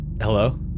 Hello